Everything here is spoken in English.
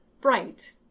bright